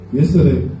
yesterday